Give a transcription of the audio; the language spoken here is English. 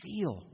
feel